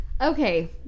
Okay